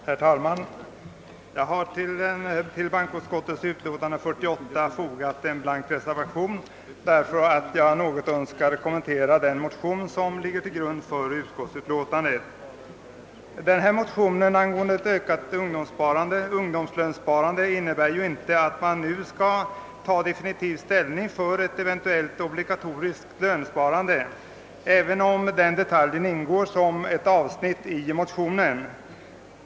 Herr talman! Jag har till bankoutskottets utlåtande nr 48 fogat en blank reservation, därför att jag något önskar kommentera de motioner som ligger till grund för utskottsutlåtandet. Dessa motioner angående ett ökat ungdomslönsparande innebär inte att man nu skall ta definitiv ställning för ett eventuellt obligatoriskt lönsparande, även om den detaljen ingår som ett avsnitt i motionerna.